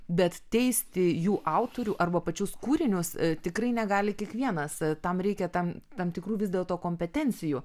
bet teisti jų autorių arba pačius kūrinius tikrai negali kiekvienas tam reikia tam tam tikrų vis dėlto kompetencijų